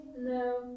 No